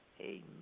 Amen